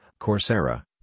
Coursera